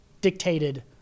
dictated